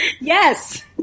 Yes